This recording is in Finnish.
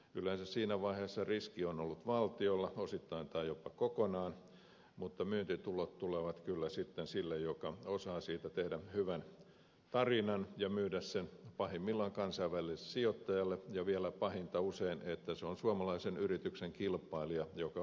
yleensä siinä vaiheessa riski on ollut valtiolla osittain tai jopa kokonaan mutta myyntitulot tulevat kyllä sitten sille joka osaa siitä tehdä hyvän tarinan ja myydä sen pahimmillaan kansainväliselle sijoittajalle ja vielä pahinta on usein että se on suomalaisen yrityksen kilpailija joka ostaa valtion varoin luodun innovaation